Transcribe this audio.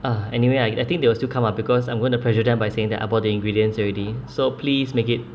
ah anyway I think they will still come ah because I'm going to pressure them by saying that I bought the ingredients already so please make it